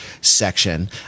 section